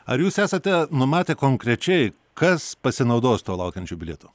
ar jūs esate numatę konkrečiai kas pasinaudos tuo laukiančiu bilietu